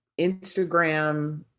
Instagram